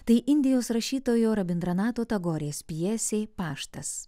tai indijos rašytojo rabindranato tagorės pjesė paštas